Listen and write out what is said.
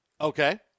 Okay